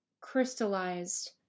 crystallized